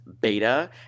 beta